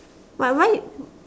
but why